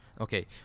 Okay